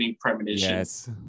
premonitions